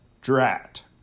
Drat